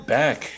back